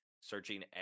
searching